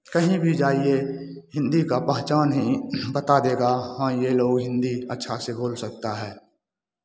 कहीं भी जाइए हिन्दी का पहचान ही बता देगा हाँ ये लोग हिन्दी अच्छा से बोल सकता है